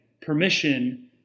permission